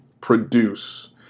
produce